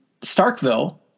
Starkville